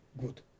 good